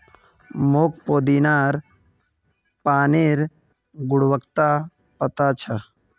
मोक पुदीनार पानिर गुणवत्ता पता छ